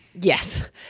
Yes